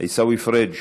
עיסאווי פריג'